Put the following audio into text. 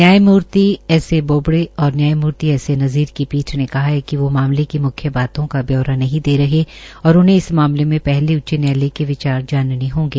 न्यायमूर्ति S A Bobde और न्यायमूर्ति एस ए नज़ीर की पीठ ने कहा कि वोह मामले की मुख्य बातों का ब्यौरा नहीं दे रहे और उन्हें इस मामले में पहले उच्च न्यायालय के विचार जानने होंगे